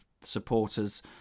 supporters